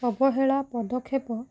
ଅବହେଳା ପଦକ୍ଷେପ